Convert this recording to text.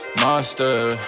Monster